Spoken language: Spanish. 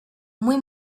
muy